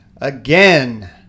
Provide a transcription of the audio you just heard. again